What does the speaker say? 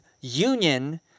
union